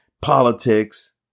politics